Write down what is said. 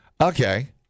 Okay